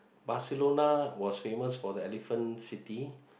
Barcelona was famous for the elephant city